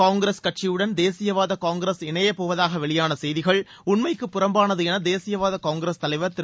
காங்கிரஸ் கட்சியுடன் தேசியவாத காங்கிரஸ் இணையப்போவதாக வெளியான செய்திகள் உண்மைக்கு புறம்பானது என தேசியவாத காங்கிரஸ் தலைவர் திரு